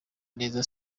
neza